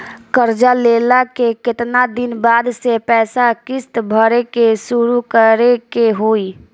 कर्जा लेला के केतना दिन बाद से पैसा किश्त भरे के शुरू करे के होई?